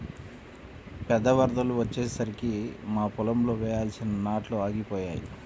పెద్ద వరదలు వచ్చేసరికి మా పొలంలో వేయాల్సిన నాట్లు ఆగిపోయాయి